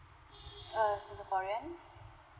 err singaporean